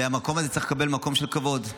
והמקום הזה צריך לקבל מקום של כבוד.